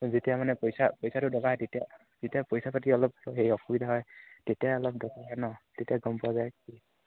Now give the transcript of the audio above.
যেতিয়া মানে পইচা পইচাটো দৰকাৰ হয় তেতিয়া যেতিয়া পইচা পাতি অলপ হেৰি অসুবিধা হয় তেতিয়াই অলপ দৰকাৰ হয় নহ্ তেতিয়া গম পোৱা যায় কি